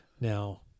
now